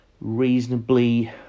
reasonably